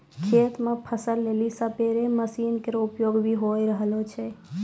खेत म फसल लेलि स्पेरे मसीन केरो उपयोग भी होय रहलो छै